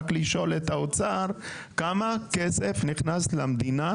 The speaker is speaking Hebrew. רק לשאול את האוצר כמה כסף נכנס למדינה